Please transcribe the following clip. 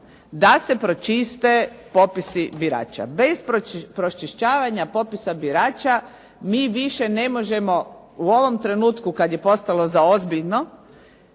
da se pročiste popisi birača. Bez pročišćavanja popisa birača, mi više ne možemo u ovom trenutku kada je postalo zaozbiljno